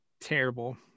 Terrible